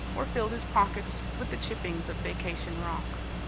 or filled his pockets with the chippings of vacation rocks.